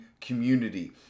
community